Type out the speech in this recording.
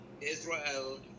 Israel